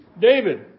David